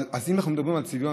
אז אם אנחנו מדברים על צביון,